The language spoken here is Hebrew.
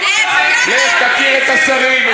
לך תכיר את השרים,